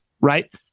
right